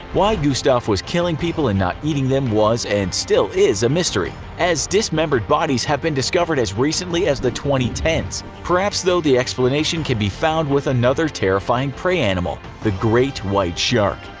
why gustave was killing people and not eating them was, and still is a mystery, as dismembered bodies have been discovered as recently as the twenty ten s. perhaps though the explanation can be found with another terrifying prey animal the great white shark.